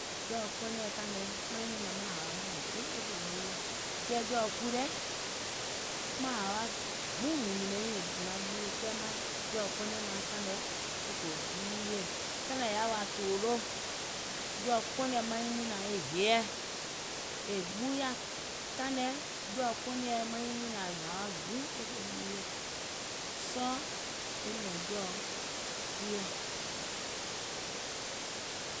Jɔ̀ɔ̀ kɔnèɛ taìŋ nɛɛ̀ maiŋ nyùnàŋ maŋ hàwa màŋ gbiŋ e fè ɓuuyè. Kɛɛ jɔ̀ɔ̀ kui lɛ̀ maŋ hàwa gbiŋ mùŋ nyùnòiŋ è naŋ ɓuuyè, kɛɛ maŋ jɔ̀ɔ̀ kɔnè maŋ taìŋ nɛɛ̀, gò ɓuuyè, taìŋ nɛ è yaà wa tòloò, jɔ̀ɔ̀ kɔnèɛ maiŋ nyùnàŋ e heiɛ̀, è ɓuuyà. Taìŋ nɛɛ̀ jɔ̀ɔ̀ kɔnèɛ maiŋ nyùnàŋ hàwa gbiŋ e fè ɓuuyè, sɔɔ̀ e nɔ̀ŋ jɔ̀ɔ̀ kuiɛ̀.